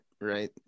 right